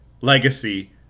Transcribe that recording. legacy